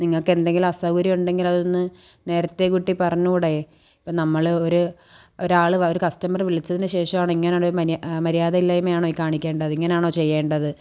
നിങ്ങൾക്ക് എന്തെങ്കിലും അസൌകര്യം ഉണ്ടെങ്കിൽ അതൊന്ന് നേരത്തെ കൂട്ടി പറഞ്ഞുകൂടെ അപ്പോൾ നമ്മൾ ഒരു ഒരാൾ ഒരു കസ്റ്റമർ വിളിച്ചതിന് ശേഷമാണ് ഇങ്ങനെ മര്യാദയില്ലായ്മയാണോ ഈ കാണിക്കേണ്ടത് ഇങ്ങനെയാണോ ചെയ്യേണ്ടത്